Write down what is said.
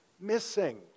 missing